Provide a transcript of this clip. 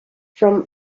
from